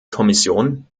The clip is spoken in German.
kommission